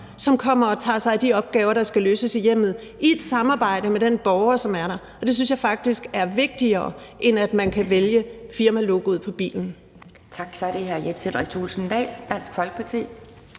som kommer og tager sig af de opgaver, der skal løses i hjemmet i et samarbejde med borgeren, og det synes jeg faktisk er vigtigere, end at man kan vælge firmalogoet på bilen. Kl. 10:28 Anden næstformand